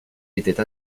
étaient